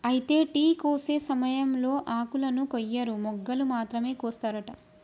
అయితే టీ కోసే సమయంలో ఆకులను కొయ్యరు మొగ్గలు మాత్రమే కోస్తారట